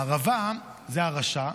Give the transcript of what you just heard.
הערבה זה הרשע,